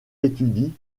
étudie